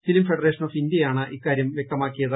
film federation of ഇന്ത്യയാണ് ഇക്കാര്യം വൃക്തമാക്കിയത്